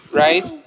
right